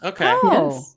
okay